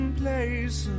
place